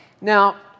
Now